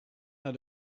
naar